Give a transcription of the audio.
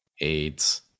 AIDS